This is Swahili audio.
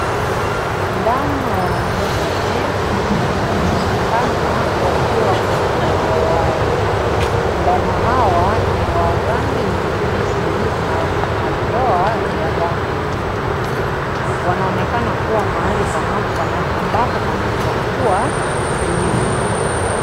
Ndama wanne wanaonekana wakiwa kwa eneo wazi. Ndama hawa ni wa rangi nyeusi na wana madoa ya rangi nyeupe wanaonekana kuwa mahali ambapo panaeza kuwa zizi.